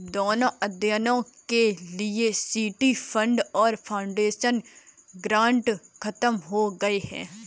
दोनों अध्ययनों के लिए सिटी फंड और फाउंडेशन ग्रांट खत्म हो गए हैं